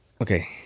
okay